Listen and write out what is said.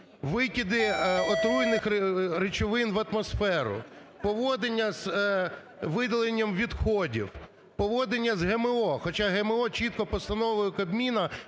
Викиди отруйних речовин в атмосферу. Поводження з видаленням відходів. Поводження з ГМО. Хоча ГМО чітко постановою Кабміну